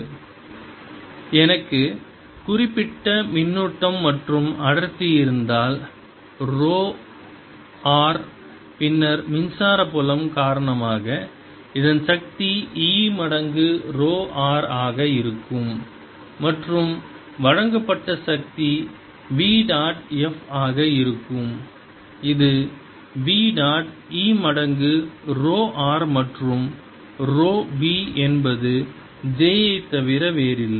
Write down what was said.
jvolume எனக்கு குறிப்பிட்ட மின்னூட்டம் மற்றும் அடர்த்தி இருந்தால் ரோ r பின்னர் மின்சார புலம் காரணமாக இதன் சக்தி E மடங்கு ரோ r ஆக இருக்கும் மற்றும் வழங்கப்பட்ட சக்தி v டாட் F ஆக இருக்கும் இது v டாட் E மடங்கு ரோ r மற்றும் ரோ v என்பது j ஐத் தவிர வேறில்லை